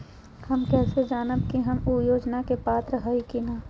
हम कैसे जानब की हम ऊ योजना के पात्र हई की न?